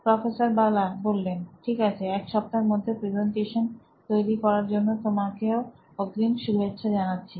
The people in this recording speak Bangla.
প্রফেসর বালা ঠিক আছে এক সপ্তাহের মধ্যে প্রেজেন্টেশন তৈরি করার জন্য তোমাকেও অগ্রিম শুভেচ্ছা জানাচ্ছি